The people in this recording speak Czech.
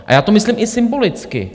A já to myslím i symbolicky.